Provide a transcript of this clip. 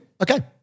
okay